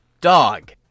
Dog